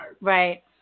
right